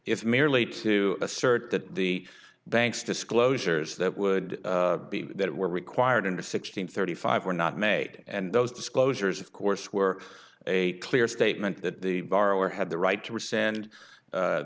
is merely to assert that the banks disclosures that would be that were required to sixteen thirty five were not made and those disclosures of course were a clear statement that the borrower had the right to